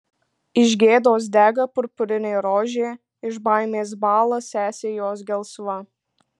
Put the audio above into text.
iš gėdos dega purpurinė rožė iš baimės bąla sesė jos gelsva